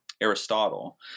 Aristotle